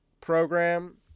program